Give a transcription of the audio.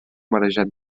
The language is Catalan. marejat